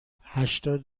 هشتاد